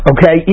Okay